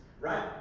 right